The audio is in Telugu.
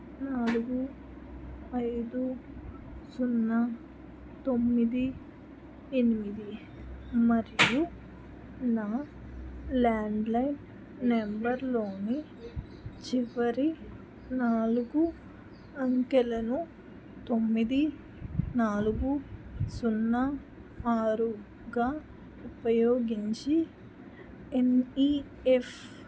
నాలుగు ఐదు సున్నా తొమ్మిది ఎనిమిది మరియు నా ల్యాండ్లైన్ నంబర్లోని చివరి నాలుగు అంకెలను తొమ్మిది నాలుగు సున్నా ఆరుగా ఉపయోగించి ఎన్ ఈ ఎఫ్